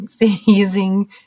using